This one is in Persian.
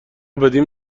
بدین